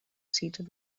seated